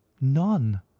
none